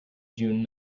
june